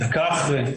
דקה אחרי,